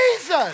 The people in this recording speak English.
Jesus